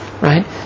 Right